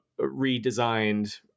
redesigned